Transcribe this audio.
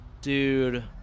Dude